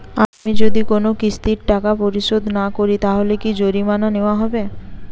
আমি যদি কোন কিস্তির টাকা পরিশোধ না করি তাহলে কি জরিমানা নেওয়া হবে?